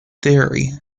theory